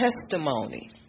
testimony